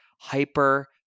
hyper